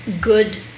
good